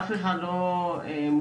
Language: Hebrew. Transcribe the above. אף אחד לא מוכן,